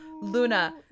Luna